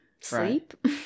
sleep